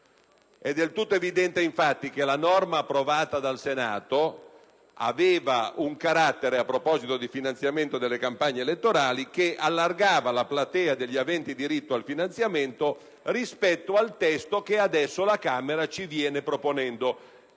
È del tutto evidente, infatti, che la norma approvata dal Senato, a proposito di finanziamento delle campagne elettorali, aveva un carattere che allargava la platea degli aventi diritto al finanziamento, rispetto al testo che adesso la Camera ci viene proponendo.